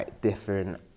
different